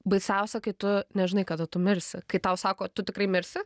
baisiausia kai tu nežinai kada tu mirsi kai tau sako tu tikrai mirsi